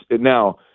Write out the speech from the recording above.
Now